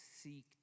seek